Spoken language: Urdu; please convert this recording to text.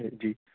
جی